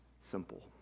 simple